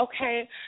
Okay